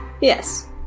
yes